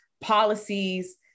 policies